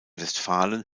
westfalen